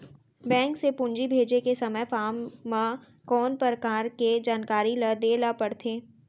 Bank से पूंजी भेजे के समय फॉर्म म कौन परकार के जानकारी ल दे ला पड़थे?